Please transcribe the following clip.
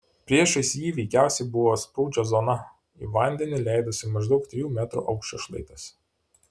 priešais jį veikiausiai buvo sprūdžio zona į vandenį leidosi maždaug trijų metrų aukščio šlaitas